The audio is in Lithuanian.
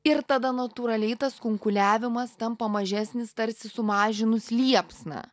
ir tada natūraliai tas kunkuliavimas tampa mažesnis tarsi sumažinus liepsną